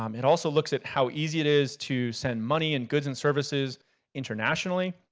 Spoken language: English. um it also looks at how easy it is to send money and goods and services internationally.